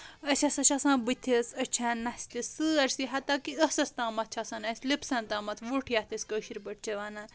أسۍ ہسا چھِ آسان بُتھِس أچھن نَستہِ سٲرِسٕے حتّا کہِ ٲسٕس تامَتھ چھِ آسان اسہِ لِپسن تامَتھ وُٹھ یَتھ أسۍ کٲشِر پٲٹھۍ چھٕ وَنان